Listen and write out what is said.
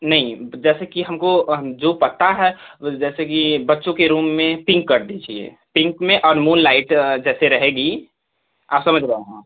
नहीं जैसे कि हमको जो पता है जैसे कि बच्चों के रूम में पिंक कर दीजिए पिंक में और मून लाइट जैसे रहेगी आप समझ रहे हैं